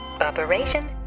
operation